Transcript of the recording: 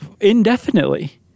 indefinitely